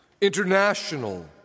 international